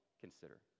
consider